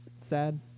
Sad